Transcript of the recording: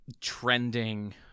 trending